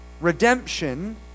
redemption